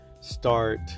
start